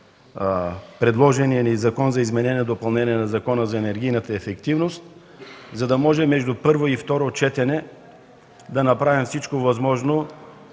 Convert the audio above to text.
предложения ни Закон за изменение и допълнение на Закона за енергийната ефективност, за да може между първо и второ четене да направим всичко възможно